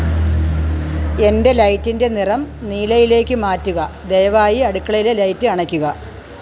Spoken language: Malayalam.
എൻ്റെ ലൈറ്റിൻ്റെ നിറം നീലയിലേക്ക് മാറ്റുക ദയവായി അടുക്കളയിലെ ലൈറ്റ് അണയ്ക്കുക